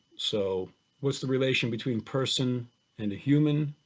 so what's the relation between person and a human,